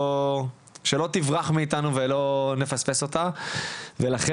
שלא תברח מאיתנו ואנחנו לא נפספס אותה ולכן,